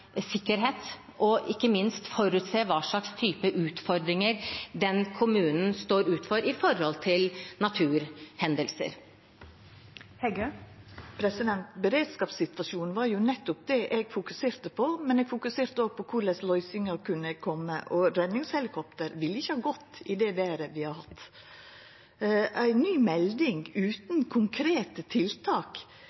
og ikke minst forutse hvilken type utfordringer kommunene er utsatt for når det gjelder naturhendelser. Beredskapssituasjonen var jo nettopp det eg fokuserte på, men eg fokuserte òg på kva løysinga kunne ha vore. Redningshelikopter ville ikkje ha gått i det vêret vi har hatt. Ei ny melding